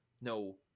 no